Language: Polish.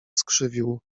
skrzywił